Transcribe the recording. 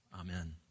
Amen